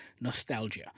nostalgia